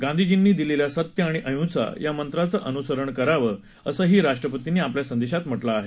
गांधीजींनी दिलेल्या सत्य आणि अहिसा या मंत्राचं अनुसरण करावं असंही राष्ट्रपतींनी आपल्या संदेशात म्हटलं आहे